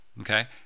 okay